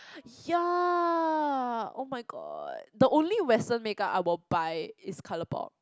ya oh-my-god the only Western makeup I will buy is ColourPop